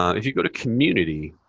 um if you go to community,